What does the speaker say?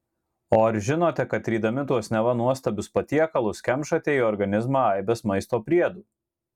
o ar žinote kad rydami tuos neva nuostabius patiekalus kemšate į organizmą aibes maisto priedų